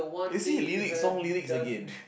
you see lyrics song lyrics again